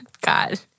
God